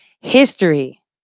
History